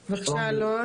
בבקשה.